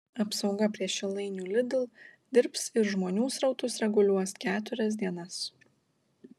apsauga prie šilainių lidl dirbs ir žmonių srautus reguliuos keturias dienas